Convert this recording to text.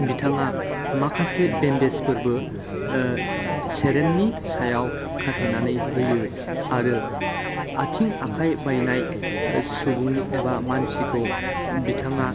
बिथाङा माखासे बेन्देजफोरबो सेरेननि सायाव खाथेनानै होयो आरो आथिं आखाइ बायनाय सुबुं एबा मानसिखौ बिथाङा